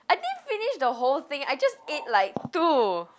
I didn't finish the whole thing I just ate like two